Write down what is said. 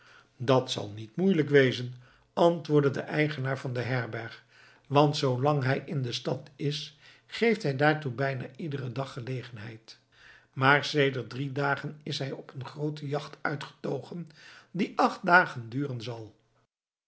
dat zal niet moeilijk wezen antwoordde de eigenaar van de herberg want zoolang hij in de stad is geeft hij daartoe bijna iederen dag gelegenheid maar sedert drie dagen is hij op een groote jacht uitgetogen die acht dagen duren zal